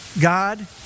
God